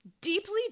deeply